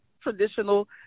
traditional